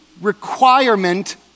requirement